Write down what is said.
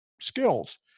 skills